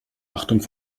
achtung